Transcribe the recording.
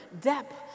depth